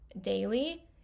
daily